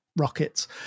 rockets